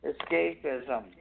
Escapism